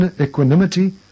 equanimity